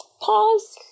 pause